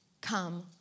come